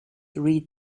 read